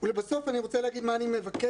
לבסוף אני רוצה להגיד מה אני מבקש